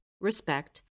respect